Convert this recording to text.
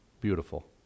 beautiful